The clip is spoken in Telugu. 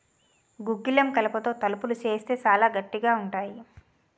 గుగ్గిలం కలపతో తలుపులు సేయిత్తే సాలా గట్టిగా ఉంతాయి